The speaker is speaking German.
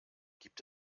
gibt